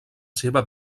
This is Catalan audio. seva